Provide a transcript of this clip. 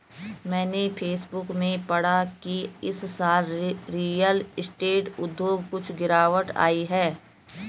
मैंने फेसबुक में पढ़ा की इस साल रियल स्टेट उद्योग कुछ गिरावट आई है